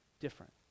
different